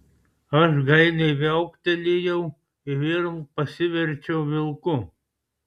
aš gailiai viauktelėjau ir vėl pasiverčiau vilku